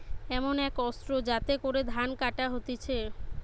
এমন এক অস্ত্র যাতে করে ধান কাটা হতিছে